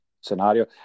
Scenario